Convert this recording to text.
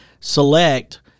select